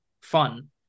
fun